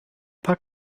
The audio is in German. paar